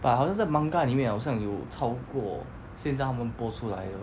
but 好像在 manga 里面好像有超过现在他们播出来的